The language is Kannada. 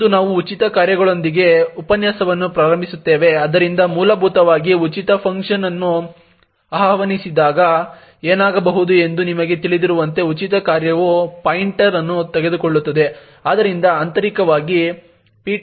ಇಂದು ನಾವು ಉಚಿತ ಕಾರ್ಯಗಳೊಂದಿಗೆ ಉಪನ್ಯಾಸವನ್ನು ಪ್ರಾರಂಭಿಸುತ್ತೇವೆ ಆದ್ದರಿಂದ ಮೂಲಭೂತವಾಗಿ ಉಚಿತ ಫಂಕ್ಷನ್ ಅನ್ನು ಆಹ್ವಾನಿಸಿದಾಗ ಏನಾಗಬಹುದು ಎಂದು ನಿಮಗೆ ತಿಳಿದಿರುವಂತೆ ಉಚಿತ ಕಾರ್ಯವು ಪಾಯಿಂಟರ್ ಅನ್ನು ತೆಗೆದುಕೊಳ್ಳುತ್ತದೆ